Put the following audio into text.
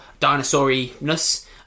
dinosauriness